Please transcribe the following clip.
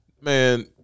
Man